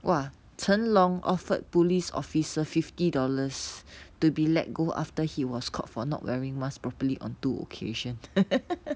!wah! chen long offered police officer fifty dollars to be let go after he was caught for not wearing mask properly on two occasions